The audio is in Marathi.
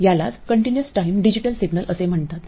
यालाच कंटीन्यूअस टाइम डिजिटल सिग्नल असे म्हणतात